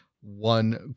one